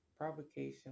provocation